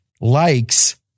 likes